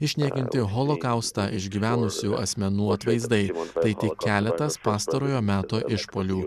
išniekinti holokaustą išgyvenusių asmenų atvaizdai tai tik keletas pastarojo meto išpuolių